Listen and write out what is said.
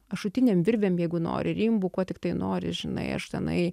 ašutinėm virvėm jeigu nori rimbu kuo tiktai nori žinai aš tenai